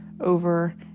over